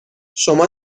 شما